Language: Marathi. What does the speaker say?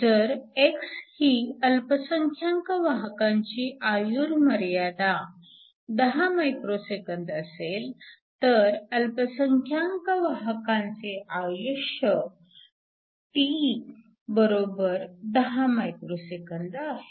जर x ही अल्पसंख्यांक वाहकांची आयुर्मर्यादा 10 मायक्रोसेकंद असेल तर अल्पसंख्यांक वाहकांचे आयुष्य τ 10 मायक्रोसेकंद आहे